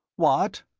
what?